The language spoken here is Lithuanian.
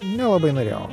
nelabai norėjau